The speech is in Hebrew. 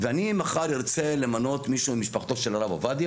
אני מחר ארצה למנות מישהו ממשפחתו של הרב עובדיה.